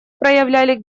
проявляли